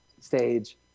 stage